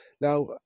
Now